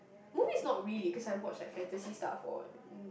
movies not really cause I watch like fantasy stuff or